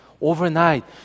Overnight